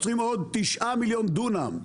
אנחנו צריכים עוד תשעה מיליון דונם.